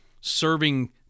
serving